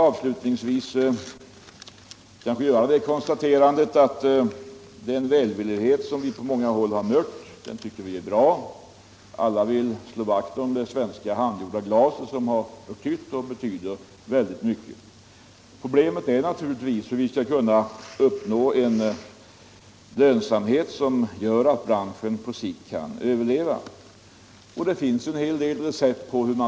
Avslutningsvis vill jag konstatera att den välvilja som vi på många håll mött tycker vi är bra. Alla vill slå vakt om det svenska handgjorda glaset, som har betytt och betyder väldigt mycket. Problemet är naturligtvis hur vi skall kunna uppnå en lönsamhet som gör att branschen på längre sikt kan överleva, och det finns en hel del recept på det.